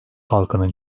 halkının